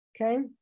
okay